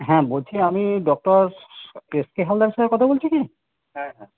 হ্যাঁ বলছি আমি ডক্টর এস কে হালদারের সঙ্গে কথা বলছি কি